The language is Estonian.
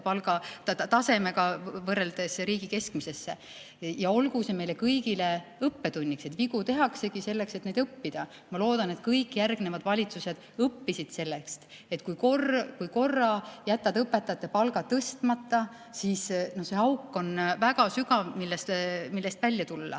palga tasemega võrreldes riigi keskmisega. Olgu see meile kõigile õppetunniks. Vigu tehaksegi selleks, et nendest õppida. Ma loodan, et kõik järgnevad valitsused õpivad sellest, et kui korra jätad õpetajate palga tõstmata, siis see auk on väga sügav, millest välja tulla.